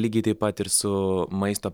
lygiai taip pat ir su maisto